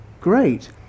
great